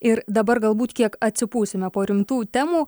ir dabar galbūt kiek atsipūsime po rimtų temų